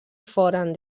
foren